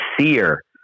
seer